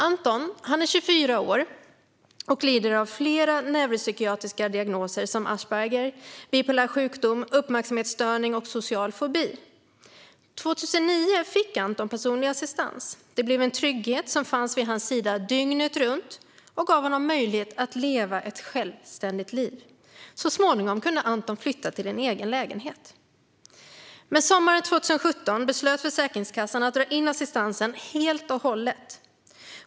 Anton är 24 år och lider av flera neuropsykiatriska diagnoser som asperger, bipolär sjukdom, uppmärksamhetsstörning och social fobi. År 2009 fick Anton personlig assistans. Det blev en trygghet som fanns vid hans sida dygnet runt och gav honom möjligheten att leva ett självständigt liv. Så småningom kunde Anton flytta till en egen lägenhet. Men sommaren 2017 beslöt Försäkringskassan att dra in assistansen helt och hållet.